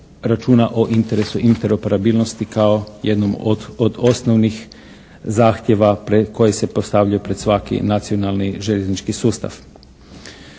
o interesu interoparabilnosti kao jednom od osnovnih zahtjeva koje se postavljaju pred svaki nacionalni željeznički sustav.